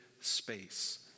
space